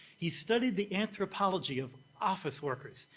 he studied the anthropology of office workers.